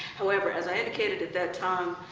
however, as i indicated at that time,